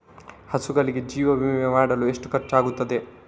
ಹಸುಗಳಿಗೆ ಜೀವ ವಿಮೆ ಮಾಡಲು ಎಷ್ಟು ಖರ್ಚಾಗುತ್ತದೆ?